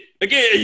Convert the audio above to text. Again